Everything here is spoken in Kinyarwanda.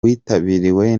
witabiriwe